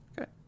Okay